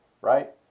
right